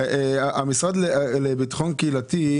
הרשות לביטחון קהילתי,